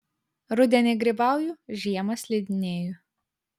rudenį grybauju žiemą slidinėju